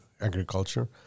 agriculture